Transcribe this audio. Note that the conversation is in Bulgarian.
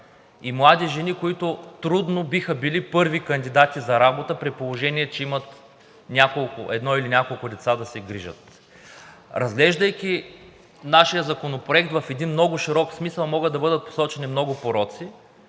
и млади жени, които трудно биха били първи кандидати за работа, при положение че имат да се грижат за едно или няколко деца. Разглеждайки нашия законопроект, в един много широк смисъл могат да бъдат посочени много пороци,